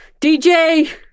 DJ